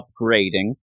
upgrading